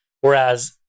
Whereas